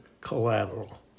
collateral